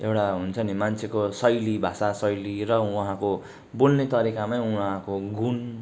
एउटा हुन्छ नि मान्छेको शैली भाषा शैली र उहाँको बोल्ने तरिकामै उहाँको गुण